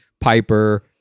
Piper